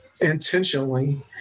intentionally